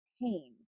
pain